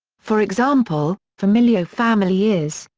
for example, familio family is,